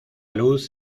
luz